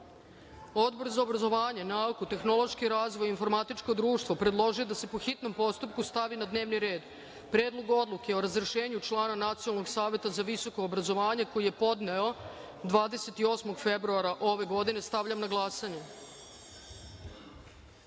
za obrazovanje, nauku, tehnološki razvoj, informatičko društvo, predložio je da se, po hitnom postupku, stavi na dnevni red Predlog odluke o razrešenju člana Nacionalnog saveta za visoko obrazovanje, koji je podneo 28. februara ove godine. Stavljam na